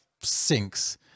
sinks